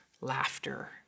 laughter